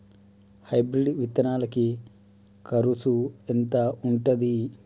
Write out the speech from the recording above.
Hybrid విత్తనాలకి కరుసు ఎంత ఉంటది?